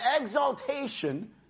exaltation